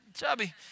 chubby